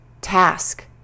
task